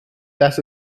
das